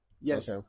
Yes